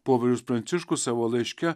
popiežius pranciškus savo laiške